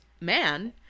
man